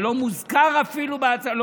זה אפילו לא מוזכר בהצעה.